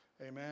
Amen